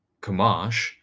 Kamash